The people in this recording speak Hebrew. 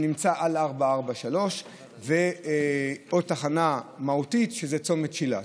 שנמצא על 443. עוד תחנה מהותית היא צומת שילת.